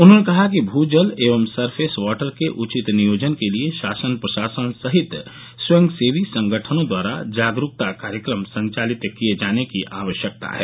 उन्होंने कहा कि भू जल एवं सरफेस वॉटर के उचित नियोजन के लिए शासन प्रशासन सहित स्वयंसेवी संगठनों द्वारा जागरूकता कार्यक्रम संचालित किए जाने की आवश्यकता है